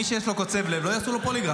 מי שיש לו קוצב לב לא יעשו לו פוליגרף.